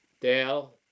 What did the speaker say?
Dale